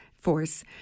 force